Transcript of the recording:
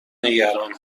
نگران